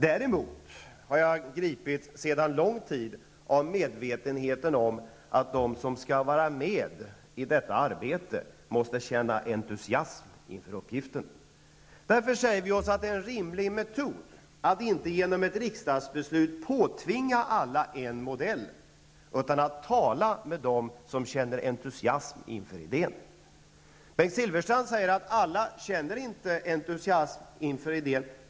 Däremot har jag sedan lång tid gripits av medvetenheten om att de som skall vara med i detta arbete måste känna entusiasm inför uppgiften. Därför säger vi oss att det är en rimlig metod, inte att genom ett riksdagsbeslut påtvinga alla en modell, utan att tala med dem som känner entusiasm inför idén. Bengt Silfverstrand säger att alla inte känner entusiasm inför idén.